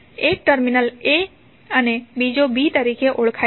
એક terminal a અને બીજો b તરીકે ઓળખાયેલ છે